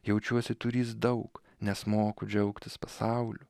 jaučiuosi turįs daug nes moku džiaugtis pasauliu